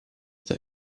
that